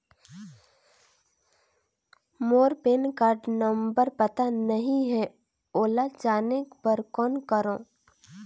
मोर pan card number पता नहीं है, ओला जाने बर कौन करो?